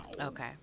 Okay